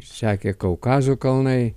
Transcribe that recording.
sekė kaukazo kalnai